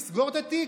יסגור את התיק?